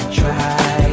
try